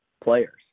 players